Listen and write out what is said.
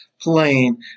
playing